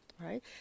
right